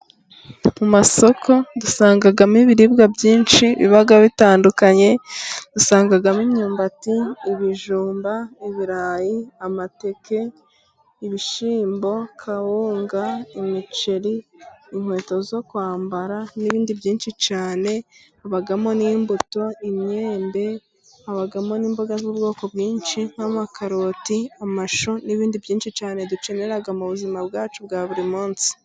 Mu masoko dusangamo ibiribwa byinshi biba bitandukanye, usangamo imyumbati, ibijumba, ibirayi, amateke, ibishyimbo, kawunga, imiceri, inkweto zo kwambara, n'ibindi byinshi cyane. Habamo n'imbuto, imyembe, habamo n'imboga z'ubwoko bwinshi nk'amakaroti, amashu, n'ibindi byinshi cyane dukenera mu buzima bwacu bwa buri munsi.